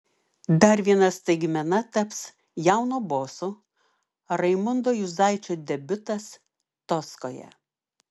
dar viena staigmena taps jauno boso raimundo juzuičio debiutas toskoje